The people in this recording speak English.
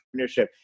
entrepreneurship